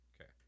Okay